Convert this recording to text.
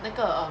那个